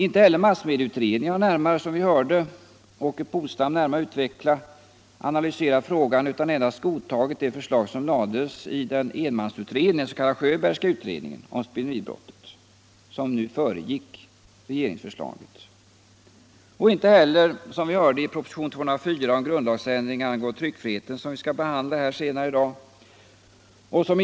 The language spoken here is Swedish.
Som vi hörde herr Polstam utveckla har inte heller massmedieutredningen närmare analyserat frågan, utan endast godtagit det förslag som lades i den s.k. Sjöbergska utredningen om spioneribrottet som föregick regeringens förslag. Inte heller har detta spörsmål blivit närmare behandlat i propositionen 204 om grundlagsändring angående tryckfriheten som vi skall behandla senare här i dag.